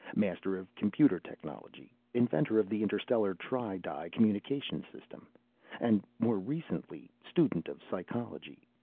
master of computer technology, inventor of the interstellar tri-di communications system and more recently, student of psychology,